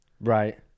Right